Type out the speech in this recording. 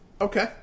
Okay